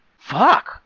Fuck